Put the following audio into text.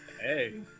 Hey